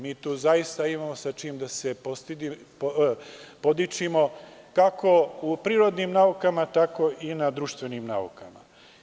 Mi tu zaista imamo sa čim da se podičimo, kako u prirodnim naukama, tako i na društvenim naukama.